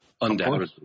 undoubtedly